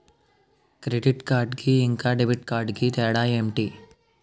Credit card కి ఇంకా debit card కి తేడా ఏంటి?